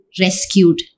rescued